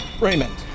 Raymond